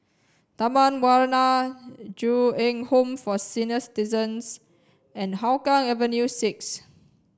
Taman Warna Ju Eng Home for Senior Citizens and Hougang Avenue six